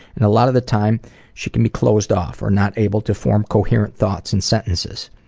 and a lot of the time she can be closed off or not able to form coherent thoughts and sentences.